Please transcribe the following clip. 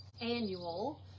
annual